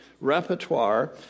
repertoire